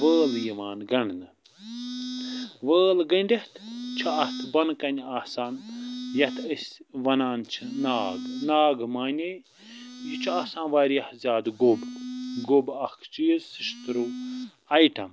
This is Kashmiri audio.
ؤٲل یِوان گنٛڈنہٕ وٲل گنٛڈِتھ چھُ اتھ بۄنہٕ کَنۍ آسان یَتھ أسۍ وَنان چھِ ناگ ناگ معنیے یہِ چھُ آسان وارِیاہ زیادٕ گوٚب گوٚب اکھ چیٖز شِشتُرو ایٹم